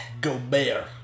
Gobert